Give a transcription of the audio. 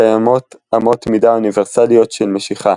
קיימות אמות מידה אוניברסליות של משיכה,